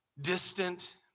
distant